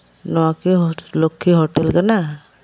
ᱱᱚᱣᱟ ᱠᱤ ᱞᱚᱠᱠᱷᱤ ᱦᱳᱴᱮᱞ ᱠᱟᱱᱟ